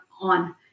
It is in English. on